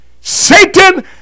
Satan